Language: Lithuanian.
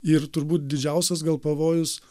ir turbūt didžiausias gal pavojus